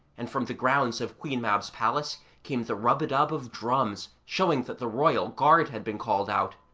and from the grounds of queen mab's palace came the rub-a-dub of drums, showing that the royal guard had been called out.